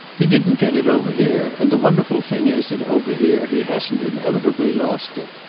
he didn't get it over here, and the wonderful thing is that over here he hasn't inevitably lost it.